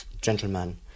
gentleman